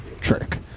Trick